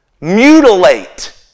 Mutilate